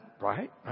Right